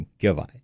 goodbye